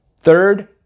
Third